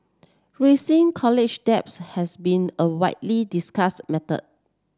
college debts has been a widely discussed matter